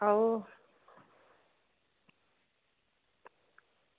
आओ